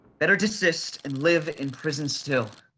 better desist, and live in prison still.